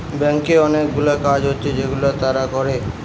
ব্যাংকে অনেকগুলা কাজ হচ্ছে যেগুলা তারা করে